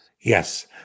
Yes